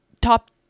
top